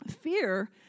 Fear